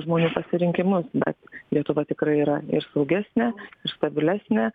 žmonių pasirinkimus bet lietuva tikrai yra ir saugesnė ir stabilesnė